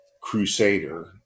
crusader